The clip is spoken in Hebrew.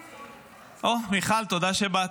--- אוה, מיכל, תודה שבאת,